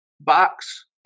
box